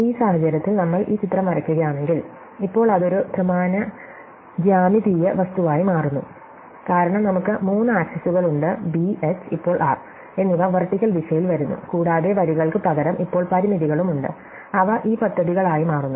ഈ സാഹചര്യത്തിൽ നമ്മൾ ഈ ചിത്രം വരയ്ക്കുകയാണെങ്കിൽ ഇപ്പോൾ അത് ഒരു ത്രിമാന ജ്യാമിതീയ വസ്തുവായി മാറുന്നു കാരണം നമുക്ക് മൂന്ന് ആക്സിസുകൾ ഉണ്ട് b h ഇപ്പോൾ r എന്നിവ വെർടിക്കൽ ദിശയിൽ വരുന്നു കൂടാതെ വരികൾക്ക് പകരം ഇപ്പോൾ പരിമിതികളും ഉണ്ട് അവ ഈ പദ്ധതികളായി മാറുന്നു